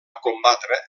combatre